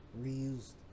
reused